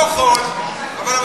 הבטחות כמו חול, אבל המחירים בשמים.